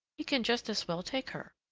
he can just as well take her.